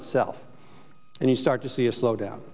itself and you start to see a slowdown